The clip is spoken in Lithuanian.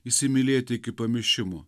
įsimylėti iki pamišimo